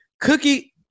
Cookie